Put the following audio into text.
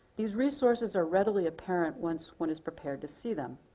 these resources are readily apparent once one is prepared to see them.